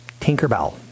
Tinkerbell